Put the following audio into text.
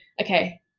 okay